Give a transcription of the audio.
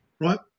right